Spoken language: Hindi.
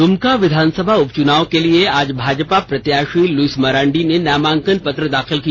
द्मका विधानसभा उपच्नाव के लिए आज भाजपा प्रत्याशी लुईस मरांडी ने नामांकन पत्र दाखिल किया